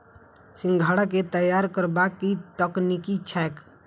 सिंघाड़ा केँ तैयार करबाक की तकनीक छैक?